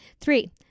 Three